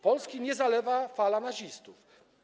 Polski nie zalewa fala nazistów.